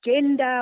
gender